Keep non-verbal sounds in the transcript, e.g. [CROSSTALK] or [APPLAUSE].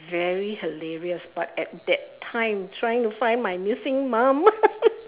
very hilarious but at that time trying to find my missing mum [LAUGHS]